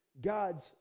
god's